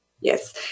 Yes